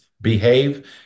behave